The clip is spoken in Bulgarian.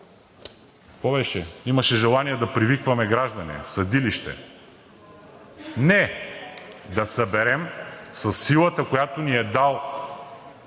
беше… Имаше желание да привикваме граждани, съдилище. Не, да се съберем със силата, която ни е дал